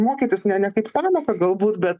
mokytis ne ne kaip pamoką galbūt bet